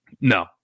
No